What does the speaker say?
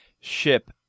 ship